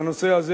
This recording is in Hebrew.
שהנושא הזה,